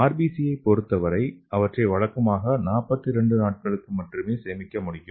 RBC யை பொருத்தவரை அவற்றை வழக்கமாக 42 நாட்களுக்கு மட்டுமே சேமிக்க முடியும்